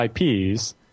IPs